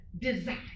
desire